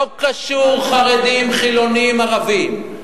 לא קשור חרדים, חילונים, ערבים.